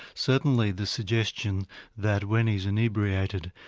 certainly the suggestion that when he's inebriated,